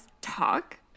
talk